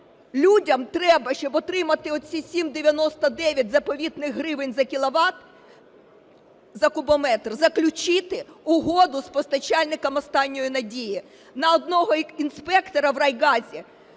людям треба, щоб отримати оці 7,99 заповітних гривень за кіловат… за кубометр, заключити угоду з постачальником "останньої надії". На одного інспектора в райгазі